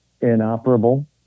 inoperable